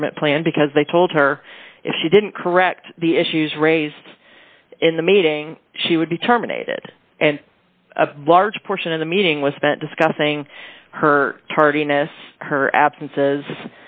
ment plan because they told her if she didn't correct the issues raised in the meeting she would be terminated and a large portion of the meeting was spent discussing her tardiness her absences